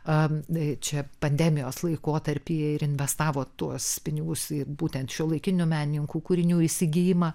am i čia pandemijos laikotarpyje ir investavo tuos pinigus ir būtent šiuolaikinių menininkų kūrinių įsigijimą